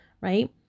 right